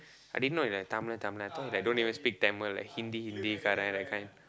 I didn't know he like Tamil Tamil I thought he like don't even speak Tamil like Hindi Hindi kind ah that kind